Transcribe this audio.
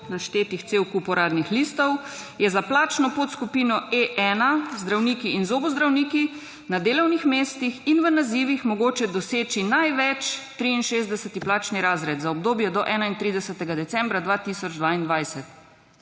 naštetih cel kup uradnih listov, je za plačno podskupino E1, zdravniki in zobozdravniki, na delovnih mestih in v nazivih mogoče doseči največ 63. plačni razred za obdobje do 31. decembra 2022.